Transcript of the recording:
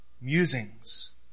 musings